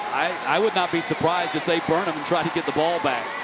i would not be surprised if they burn them, try to get the ball back.